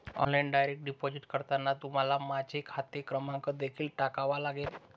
online direct deposit करताना तुम्हाला माझा खाते क्रमांक देखील टाकावा लागेल